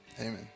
Amen